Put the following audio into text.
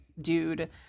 dude